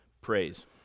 praise